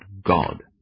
God